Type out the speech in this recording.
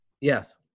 Yes